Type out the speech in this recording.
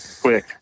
quick